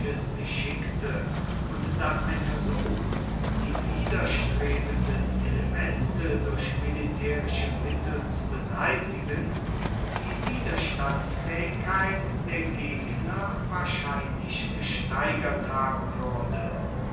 schickte und daß ein versuch die widerstrebenden elemente durch militärische mittel zu beseitigen die widerstandsfähigkeit der gegner wahrscheinlich gesteigert haben würde